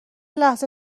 لحظه